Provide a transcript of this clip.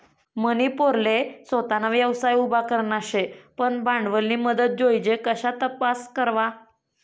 मनी पोरले सोताना व्यवसाय उभा करना शे पन भांडवलनी मदत जोइजे कशा तपास करवा?